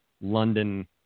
London